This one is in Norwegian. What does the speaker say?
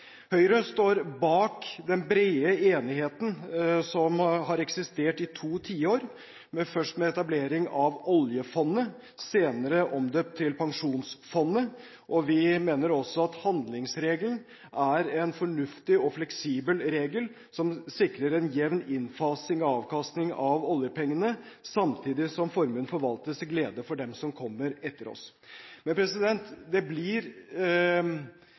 Høyre står bak den brede enigheten som har eksistert i to tiår – først med etableringen av oljefondet, senere omdøpt til pensjonsfondet. Vi mener også at handlingsregelen er en fornuftig og fleksibel regel som sikrer en jevn innfasing og avkastning av oljepengene, samtidig som formuen forvaltes til glede for dem som kommer etter oss. Det blir